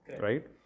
right